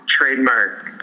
trademark